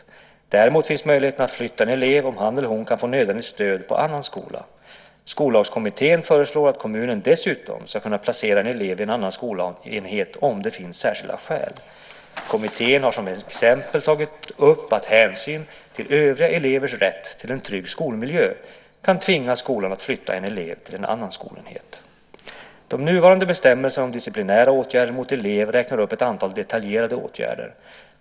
Däremot finns möjligheten att flytta en elev om han eller hon kan få nödvändigt stöd på en annan skola. Skollagskommittén föreslår att kommunen dessutom ska kunna placera en elev vid en annan skolenhet om det finns särskilda skäl. Kommittén har som exempel tagit upp att hänsyn till övriga elevers rätt till en trygg skolmiljö kan tvinga skolan att flytta en elev till en annan skolenhet. De nuvarande bestämmelserna om disciplinära åtgärder mot elev räknar upp ett antal detaljerade åtgärder.